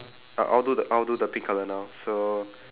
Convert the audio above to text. I'll I'll do the I'll do the pink colour now so